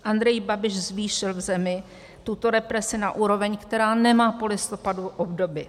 Andrej Babiš zvýšil v zemi tuto represi na úroveň, která nemá po listopadu obdoby.